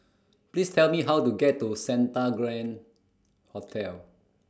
Please Tell Me How to get to Santa Grand Hotel